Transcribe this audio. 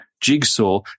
jigsaw